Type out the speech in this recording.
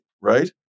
right